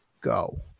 go